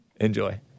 Enjoy